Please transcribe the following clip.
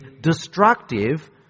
destructive